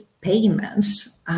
payments